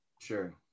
Sure